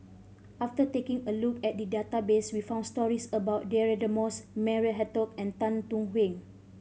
after taking a look at the database we found stories about Deirdre Moss Maria Hertogh and Tan Thuan Heng